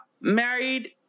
married